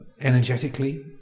energetically